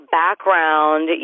background